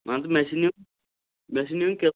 مان ژٕ مےٚ چھِ نیُٚن مےٚ چھِ نیُٚن